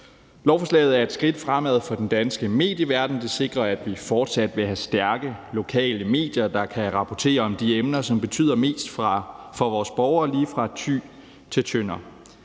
Lovforslaget er et skridt fremad for den danske medieverden. Vi sikrer, at vi fortsat vil have stærke lokale medier, der kan rapportere om de emner, som betyder mest for vores borgere lige fra Thy til Tønder.